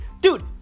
dude